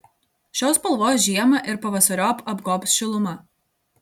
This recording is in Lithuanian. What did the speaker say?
šios spalvos žiemą ir pavasariop apgobs šiluma